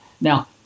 Now